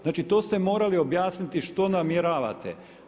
Znači, to ste morali objasniti što namjeravate.